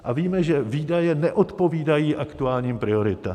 A víme, že výdaje neodpovídají aktuálním prioritám.